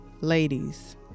ladies